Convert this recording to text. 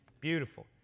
Beautiful